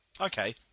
Okay